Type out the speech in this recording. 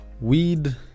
weed